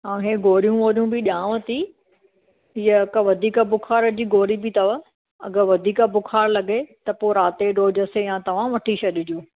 ऐं ही गोरियुं वोरियुं बि ॾियांव थी हीअ हिक वधीक बुख़ार जी गोरी बि अथव अगरि वधीक बुख़ार लॻे त पोइ रात जे डोज़ सां इहा तव्हां वठी छॾिजो